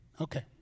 Okay